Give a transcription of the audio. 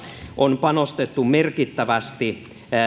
on panostettu merkittävästi meidän